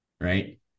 Right